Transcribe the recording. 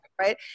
right